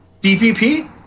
DPP